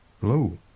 hello